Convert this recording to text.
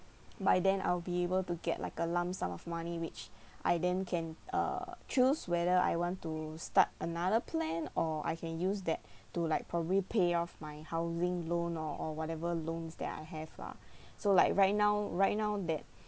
by then I'll be able to get like a lump sum of money which I then can uh choose whether I want to start another plan or I can use that to like probably pay off my housing loan or or whatever loans that I have lah so like right now right now that